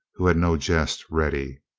who had no jest ready.